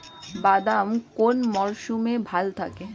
বাদাম কোন মরশুমে ভাল হয়?